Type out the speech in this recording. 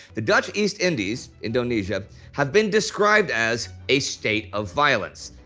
the dutch east indies indonesia has been described as a state of violence.